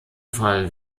fall